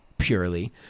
purely